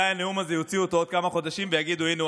אולי יוציאו את הנאום הזה בעוד כמה חודשים ויגידו: הינה,